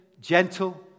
gentle